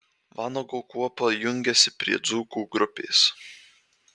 vanago kuopa jungiasi prie dzūkų grupės